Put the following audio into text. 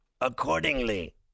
accordingly